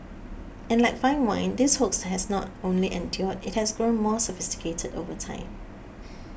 and like fine wine this hoax has not only endured it has grown more sophisticated over time